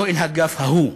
לא אל האגף ההוא,